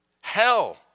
Hell